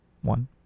One